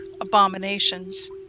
abominations